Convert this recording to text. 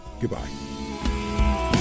goodbye